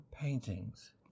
paintings